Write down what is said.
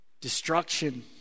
destruction